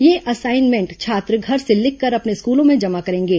यह असाइनमेंट छात्र घर से लिखकर अपने स्कलों में जमा करेंगे